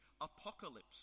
apocalypse